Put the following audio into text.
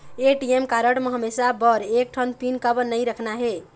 ATM card म हमेशा बर एक ठन पिन काबर नई रखना हे?